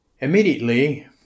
Immediately